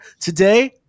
today